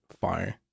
Fire